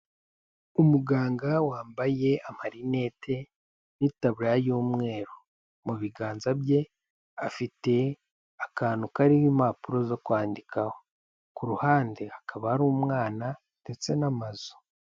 Umuganga wambaye amarinete n'itaburiya y'umweru, mu biganza bye afite akantu kariho impapuro zo kwandikaho, ku ruhande hakaba hari umwana ndetse n'amazu.